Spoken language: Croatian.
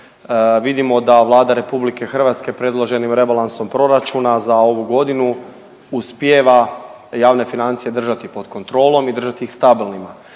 Vidimo da Vlada RH predloženim rebalansom proračuna za ovu godinu uspijeva javne financije držati pod kontrolom i držati ih stabilnima.